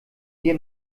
wir